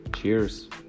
Cheers